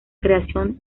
creación